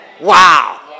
Wow